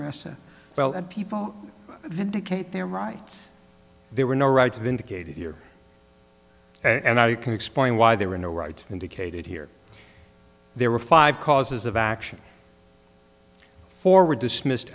well and people vindicate their rights there were no rights vindicated here and i can explain why they were in the right indicated here there were five causes of action for were dismissed